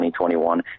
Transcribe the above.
2021